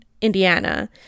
Indiana